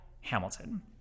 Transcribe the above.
Hamilton